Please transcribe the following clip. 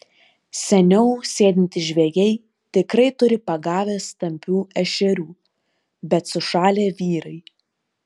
seniau sėdintys žvejai tikrai turi pagavę stambių ešerių bet sušalę vyrai